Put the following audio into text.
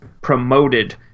promoted